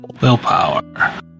Willpower